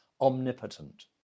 omnipotent